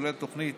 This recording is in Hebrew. כולל תוכנית